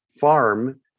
farm